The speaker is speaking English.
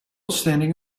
standing